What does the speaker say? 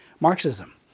Marxism